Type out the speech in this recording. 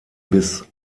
bis